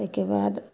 ताहिके बाद